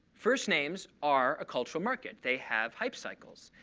first names are a cultural market. they have hype cycles.